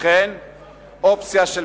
וכן אופציה של